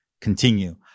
continue